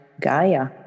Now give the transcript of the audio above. Gaia